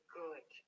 good